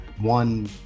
one